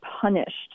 punished